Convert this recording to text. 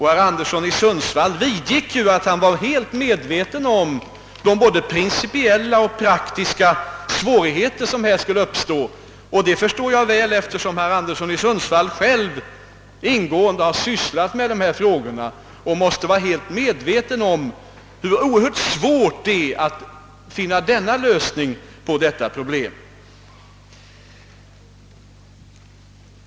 Herr Anderson i Sundsvall vidgick också att han var helt medveten om de både principiella och praktiska svårigheter som härvidlag skulle uppstå, och jag kan mycket väl förstå detta, eftersom herr Anderson själv ingående har ägnat sig åt dessa frågor och måste känna till hur oerhört besvärligt det är att genomföra en sådan lösning av detta problem.